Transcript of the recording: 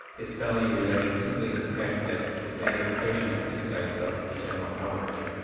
its value residing simply in the fact that it may occasion exercise of the general powers.